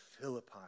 Philippi